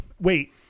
wait